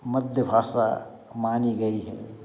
मध्य भाषा मानी गई है